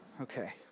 Okay